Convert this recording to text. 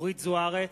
אורית זוארץ,